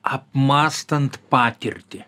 apmąstant patirtį